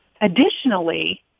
Additionally